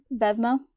BevMo